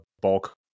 bulk